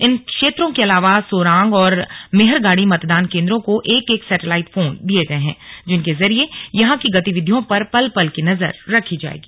इन क्षेत्रों के अलावा सोरांग और मेहरगाड़ी मतदान केंद्रों को एक एक सैटेलाइट फोन दिए गए है जिनके जरिए यहां की गतिविधियों पर पल पल की नजर रखी जाएगी